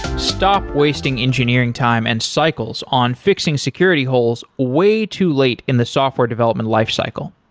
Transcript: stop wasting engineering time and cycles on fixing security holes way to late in the software development life cycle.